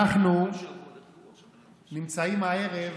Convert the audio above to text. אנחנו נמצאים הערב